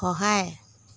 সহায়